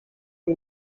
the